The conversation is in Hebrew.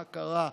מה קרה?